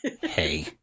hey